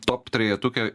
top trejetuke